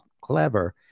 clever